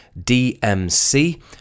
DMC